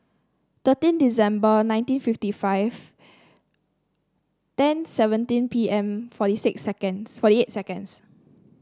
thirteen December nineteen fifty five ten seventeen P M forty six seconds forty eight seconds